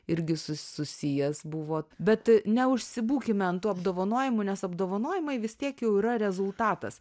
irgi sus susijęs buvo bet neužsibūkime ant tų apdovanojimų nes apdovanojimai vis tiek jau yra rezultatas